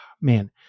man